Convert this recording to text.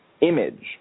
image